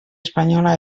espanyola